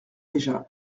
déjà